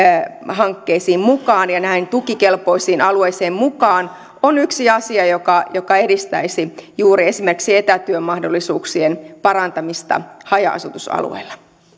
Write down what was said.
hankkeisiin mukaan ja näin tukikelpoisiin alueisiin mukaan on yksi asia joka joka edistäisi juuri esimerkiksi etätyön mahdollisuuksien parantamista haja asutusalueilla